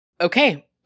Okay